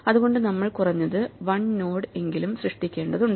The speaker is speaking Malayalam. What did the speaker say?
അതുകൊണ്ട് നമ്മൾ കുറഞ്ഞത് 1 നോഡ് എങ്കിലും സൃഷ്ടിക്കേണ്ടതുണ്ട്